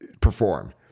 perform